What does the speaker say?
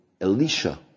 Elisha